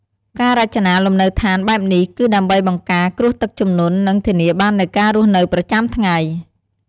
ការរចនាលំនៅឋានបែបនេះគឺដើម្បីបង្ការគ្រោះទឹកជំនន់ និងធានាបាននូវការរស់នៅប្រចាំថ្ងៃ។